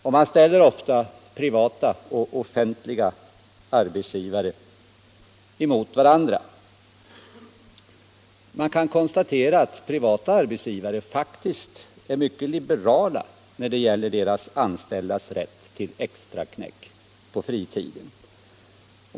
Ofta ställs privata och offentliga arbetsgivare emot varandra, och man kan konstatera att privata arbetsgivare faktiskt är mycket liberala när det gäller deras anställdas rätt till extraknäck på fritiden.